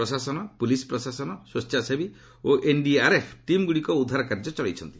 ପ୍ରଶାସନ ପୁଲିସ ପ୍ରଶାସନ ସ୍ୱେଚ୍ଛାସେବୀ ଓ ଏନ୍ଡିଆର୍ଏଫ୍ ଟିମ୍ଗୁଡ଼ିକ ଉଦ୍ଧାର କାର୍ଯ୍ୟ ଚଳାଇଛନ୍ତି